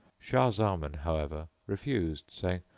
shah zaman, however, refused, saying,